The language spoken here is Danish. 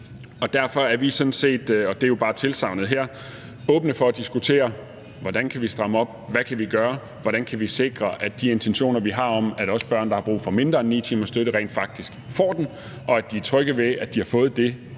Derfor er vi sådan set – og det er jo bare tilsagnet her – åbne for at diskutere: Hvordan kan vi stramme op? Hvad kan vi gøre? Hvordan kan vi sikre, at de intentioner, som vi har om, at også børn, der har brug for mindre end 9 timers støtte, rent faktisk får den, og at de er trygge ved, at de har fået det,